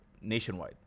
Nationwide